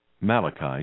Malachi